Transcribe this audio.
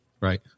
Right